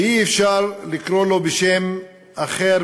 אי-אפשר לקרוא לו בשם אחר,